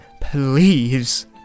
please